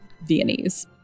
Viennese